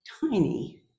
tiny